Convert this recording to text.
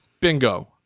Bingo